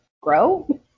grow